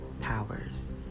powers